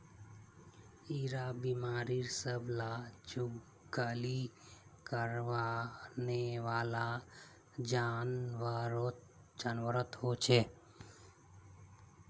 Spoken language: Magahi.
इरा बिमारी सब ला जुगाली करनेवाला जान्वारोत होचे